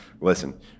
listen